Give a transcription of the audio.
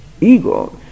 ego